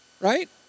right